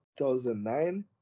2009